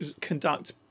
conduct